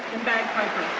bagpipers.